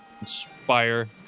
inspire